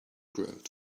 grout